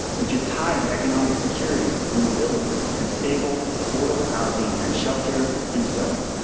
which is tied to economic security and mobility and stable affordable housing and shelter, and so on.